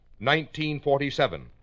1947